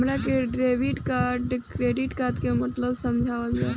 हमरा के डेबिट या क्रेडिट कार्ड के मतलब समझावल जाय?